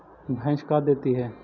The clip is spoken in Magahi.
भैंस का देती है?